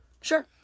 Sure